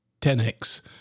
10x